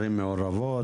לערים מעורבות,